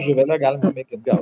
žuvele galima mėgint gaudyt